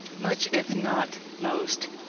much, if not most,